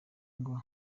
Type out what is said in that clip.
ngo